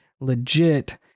legit